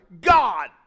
God